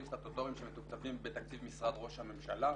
סטטוטוריים שמתוקצבים בתקציב משרד ראש הממשלה,